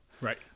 right